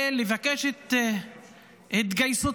ולבקש את התגייסותם,